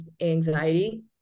anxiety